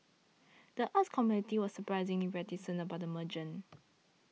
the arts community was surprisingly reticent about the merger